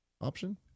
option